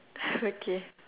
okay